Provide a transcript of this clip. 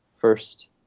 first